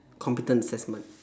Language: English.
computer assessment